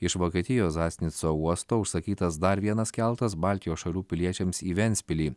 iš vokietijos zasnico uosto užsakytas dar vienas keltas baltijos šalių piliečiams į ventspilį